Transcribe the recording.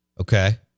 Okay